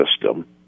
system